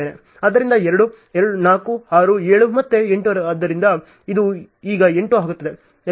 ಆದ್ದರಿಂದ 2 4 6 7 ಮತ್ತು 8 ಆದ್ದರಿಂದ ಇದು ಈಗ 8 ಆಗುತ್ತದೆ